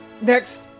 next